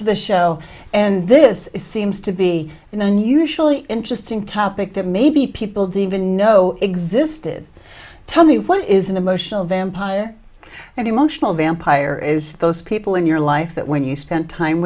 to the show and this seems to be an unusually interesting topic that maybe people don't even know existed tell me what it is an emotional vampire an emotional vampire is those people in your life that when you spend time